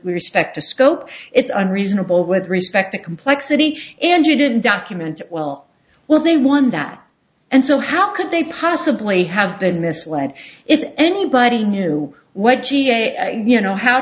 respect to scope it's unreasonable with respect to complexity and you didn't document it well well they won that and so how could they possibly have been the and if anybody knew what ga you know how